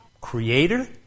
Creator